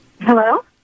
Hello